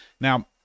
Now